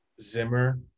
Zimmer